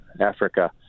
Africa